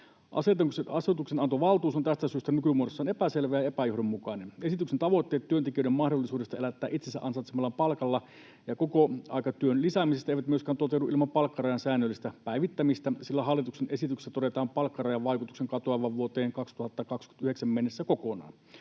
Asetuksenantovaltuus on tästä syystä nykymuodossaan epäselvä ja epäjohdonmukainen. Esityksen tavoitteet työntekijöiden mahdollisuudesta elättää itsensä ansaitsemallaan palkalla ja kokoaikatyön lisäämisestä eivät myöskään toteudu ilman palkkarajan säännöllistä päivittämistä, sillä hallituksen esityksessä todetaan palkkarajan vaikutuksen katoavan vuoteen 2029 mennessä kokonaan.